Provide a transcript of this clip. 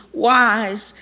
wise.